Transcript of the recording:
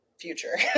future